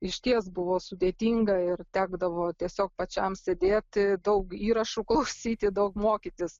išties buvo sudėtinga ir tekdavo tiesiog pačiam sėdėti daug įrašų klausyti daug mokytis